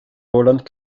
roland